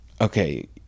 Okay